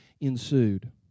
ensued